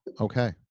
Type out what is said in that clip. Okay